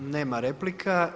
Nema replika.